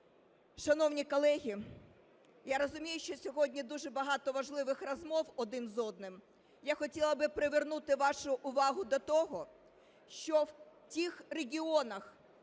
шановні колеги, я розумію, що сьогодні дуже багато важливих розмов один з одним, я хотіла би привернути вашу увагу до того, що в тих регіонах,